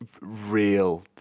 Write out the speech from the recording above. real